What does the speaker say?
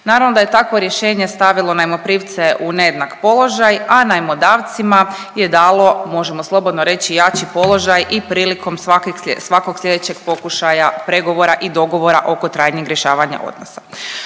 Naravno da je takvo rješenje stavilo najmoprimce u nejednak položaj, a najmodavcima je dalo možemo slobodno reći jači položaj i prilikom svakog sljedeće pokušaja pregovora i dogovora oko trajnog rješavanja odnosa.